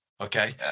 Okay